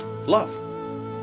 Love